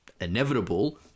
inevitable